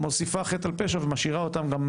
מוסיפה חטא על פשע ומשאירה אותם גם,